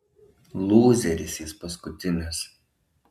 lūzeris jis paskutinis